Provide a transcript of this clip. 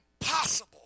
impossible